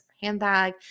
handbag